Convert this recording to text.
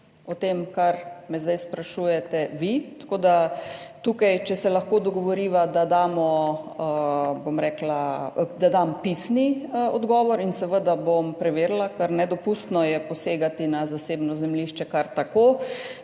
o tem, kar me zdaj sprašujete, tako da če se lahko tukaj dogovoriva, da dam pisni odgovor in seveda bom preverila, ker je nedopustno posegati na zasebno zemljišče kar tako,